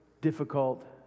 difficult